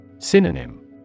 Synonym